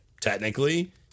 Technically